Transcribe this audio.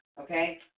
okay